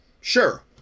sure